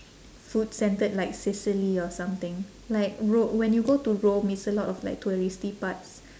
food-centered like sicily or something like ro~ when you go to rome it's a lot of like touristy parts